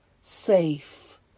safe